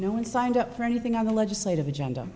now signed up for anything on the legislative agenda